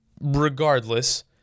regardless